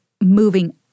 moving